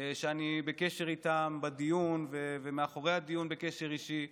שאני בקשר איתן בדיון ומאחורי הדיון, בקשר אישי.